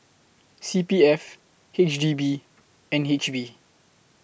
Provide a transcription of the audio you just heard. C P F H D B N H B